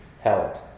held